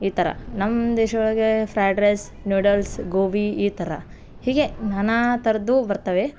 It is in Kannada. ಈ ಥರ ನಮ್ಮ ದೇಶ ಒಳಗೆ ಫ್ರೈಡ್ ರೈಸ್ ನೂಡಲ್ಸ್ ಗೋಬಿ ಈ ಥರ ಹೀಗೆ ನಾನಾ ಥರದ್ದು ಬರ್ತವೆ